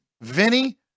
Vinny